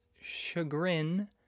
chagrin